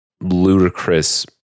ludicrous